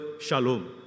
shalom